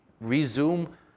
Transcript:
resume